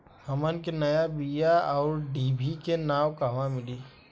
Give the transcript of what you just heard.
हमन के नया बीया आउरडिभी के नाव कहवा मीली?